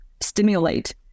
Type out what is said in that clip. stimulate